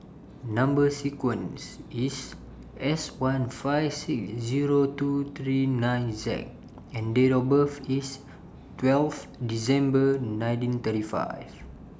Number sequence IS S one five six Zero two three nine Z and Date of birth IS twelve December nineteen thirty five